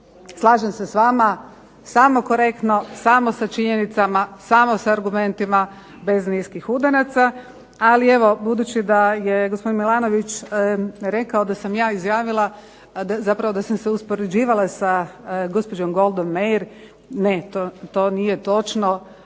Slažem se s vama samo korektno, samo sa činjenicama, samo sa argumentima bez niskih udaraca. Ali evo budući da je gospodin Milanović rekao da sam ja izjavila, zapravo da sam se uspoređivala sa gospođom Golde Meir ne to nije točno.